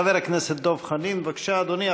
חבר הכנסת דב חנין, בבקשה, אדוני.